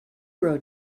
wrote